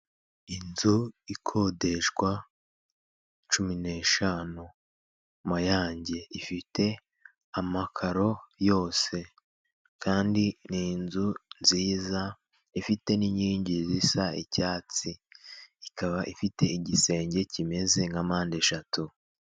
Inzu ikodeshwa cumi n'eshanu mayange ifite amakaro yose kandi ni inzu nziza ifite n'inkingi zisa icyatsi ikaba ifite igisenge kimeze nka mpandeshatu.